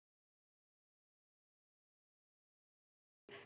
oh my god freaking good eh the deal freaking